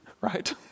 right